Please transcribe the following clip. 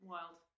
Wild